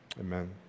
Amen